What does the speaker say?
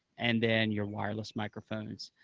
and then your wireless microphones.